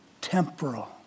temporal